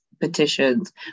petitions